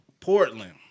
Portland